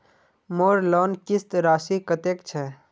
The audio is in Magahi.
मोर लोन किस्त राशि कतेक छे?